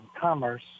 commerce